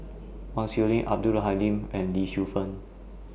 Chong Siew Ying Abdul Halim and Li